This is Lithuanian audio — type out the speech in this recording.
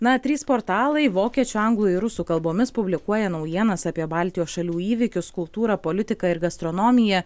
na trys portalai vokiečių anglų ir rusų kalbomis publikuoja naujienas apie baltijos šalių įvykius kultūrą politiką ir gastronomiją